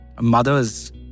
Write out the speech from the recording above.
mothers